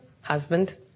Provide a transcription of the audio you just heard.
husband